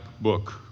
book